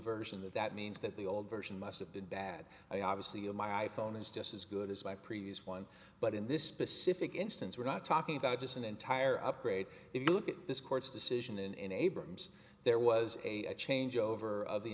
version that that means that the old version must have been bad obviously oh my i phone is just as good as my previous one but in this specific instance we're not talking about just an entire upgrade if you look at this court's decision in abrams there was a change over